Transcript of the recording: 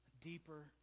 deeper